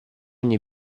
ogni